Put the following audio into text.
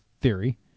theory